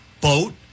boat